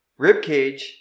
ribcage